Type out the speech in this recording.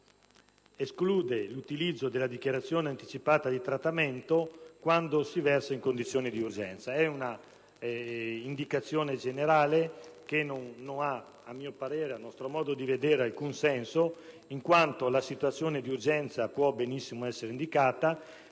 comma esclude l'utilizzo della dichiarazione anticipata di trattamento quando si versi in condizioni di urgenza. È un'indicazione generale che, a mio parere, non ha alcun senso perché la situazione d'urgenza può benissimo essere indicata